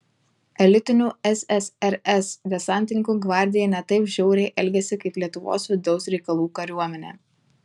elitinių ssrs desantininkų gvardija ne taip žiauriai elgėsi kaip lietuvos vidaus reikalų kariuomenė